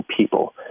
people